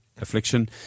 affliction